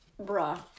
bruh